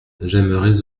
j’aimerais